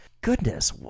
Goodness